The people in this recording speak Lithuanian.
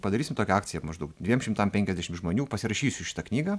padarysim tokią akciją maždaug dviem šimtam penkiasdešim žmonių pasirašysiu šitą knygą